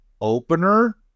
opener